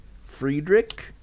Friedrich